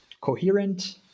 coherent